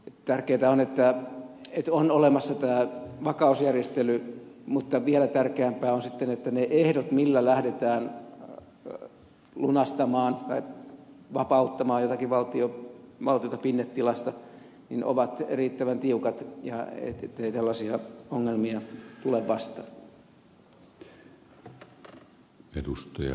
tärkeätä on että on olemassa tämä vakausjärjestely mutta vielä tärkeämpää on sitten että ne ehdot joilla lähdetään lunastamaan tai vapauttamaan jotakin valtiota pinnetilasta ovat riittävän tiukat ettei tällaisia ongelmia tule vastaan